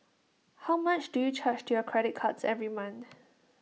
how much do you charge to your credit cards every month